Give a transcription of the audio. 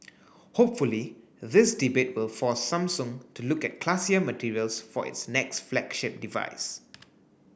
hopefully this debate will force Samsung to look at classier materials for its next flagship device